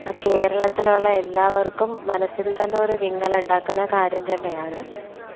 കേരളത്തിലുള്ള എല്ലാവര്ക്കും മനസ്സില്ത്തന്നെ ഒരു വിങ്ങലുണ്ടാക്കുന്ന കാര്യം തന്നെയാണ്